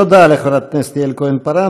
תודה לחברת הכנסת יעל כהן-פארן.